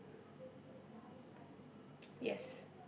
<S<